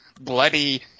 bloody